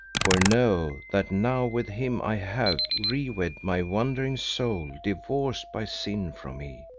for know that now with him i have re-wed my wandering soul divorced by sin from me,